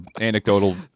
anecdotal